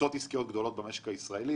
קבוצות עסקיות במשק הישראלי